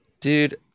Dude